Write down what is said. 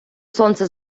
сонце